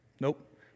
Nope